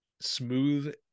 smooth